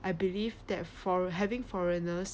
I believe that for having foreigners